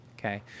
Okay